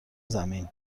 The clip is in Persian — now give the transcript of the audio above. زمین